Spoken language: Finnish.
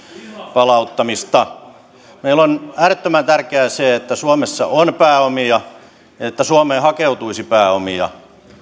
palauttamista meille on äärettömän tärkeää se että suomessa on pääomia että suomeen hakeutuisi pääomia